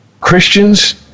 Christians